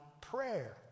prayer